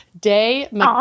Day